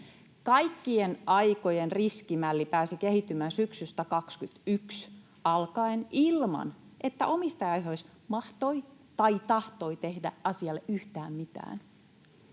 Kaikkien aikojen riskimälli pääsi kehittymään syksystä 21 alkaen ilman, että omistajaohjaus mahtoi tai tahtoi tehdä asialle yhtään mitään.